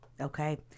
Okay